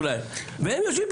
והם יושבים,